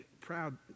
proud